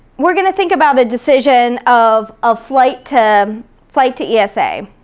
we're gonna think about a decision of a flight to flight to esa